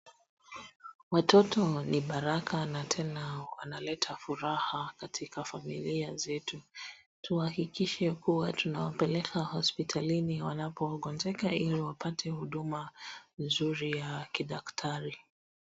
Watoto ni baraka na tena wanaleta furaha katika familia zetu. Tuhakikishe kuwa tunawapeleka hospitalini wanapongojeka ili wapate huduma nzuri ya kidaktari.